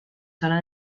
zona